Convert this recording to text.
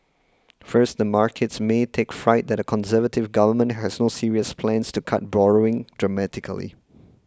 first the markets may take fright that a Conservative government has no serious plans to cut borrowing dramatically